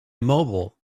immobile